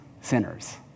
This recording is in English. sinners